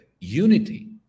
unity